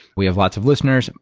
we have lots of listeners.